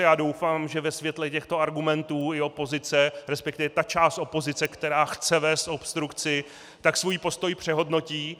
Já doufám, že ve světle těchto argumentů i opozice, resp. ta část opozice, která chce vést obstrukci, svůj postoj přehodnotí.